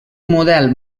model